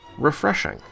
Refreshing